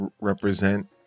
represent